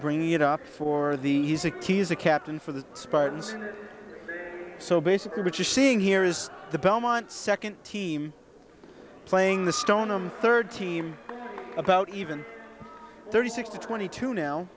bringing it up for the easy keys a captain for the spartans so basically what you're seeing here is the belmont second team playing the stoneham third team about even thirty six to twenty two now